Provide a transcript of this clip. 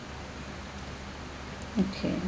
okay